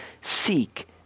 seek